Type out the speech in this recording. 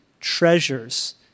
treasures